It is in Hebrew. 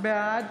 בעד